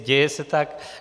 Děje se tak.